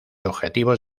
objetivos